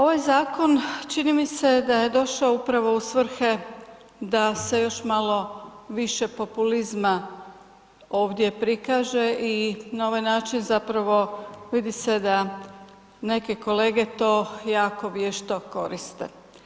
Ovaj zakon čini mi se da je došao upravo u svrhe da se još malo više populizma ovdje prikaže i na ovaj način zapravo vidi se da neke kolege to jako vješto koriste.